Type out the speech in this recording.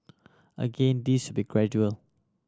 again this be gradual